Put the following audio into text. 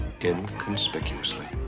inconspicuously